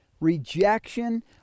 rejection